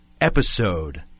episode